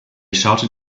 shouted